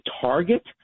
target